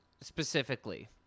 specifically